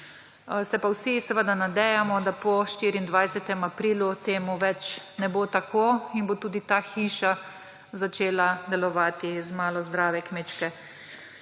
Se pa vsi seveda nadejamo, da po 24. aprilu temu več ne bo tako in bo tudi ta hiša začela delovati z malo zdrave kmečke